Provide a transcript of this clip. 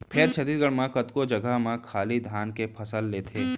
फेर छत्तीसगढ़ म कतको जघा म खाली धाने के फसल लेथें